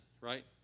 right